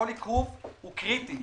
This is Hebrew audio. כל עיכוב הוא קריטי,